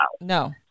No